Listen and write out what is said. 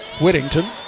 Whittington